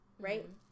right